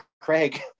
Craig